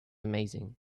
amazing